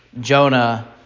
Jonah